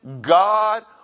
God